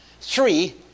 three